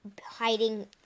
hiding